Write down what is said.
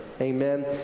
Amen